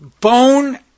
bone